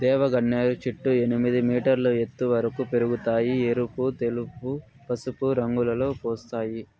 దేవగన్నేరు చెట్లు ఎనిమిది మీటర్ల ఎత్తు వరకు పెరగుతాయి, ఎరుపు, తెలుపు, పసుపు రంగులలో పూస్తాయి